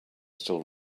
still